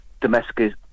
domestic